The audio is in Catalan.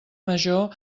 major